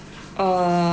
err